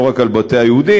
לא רק על בתי היהודים,